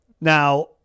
now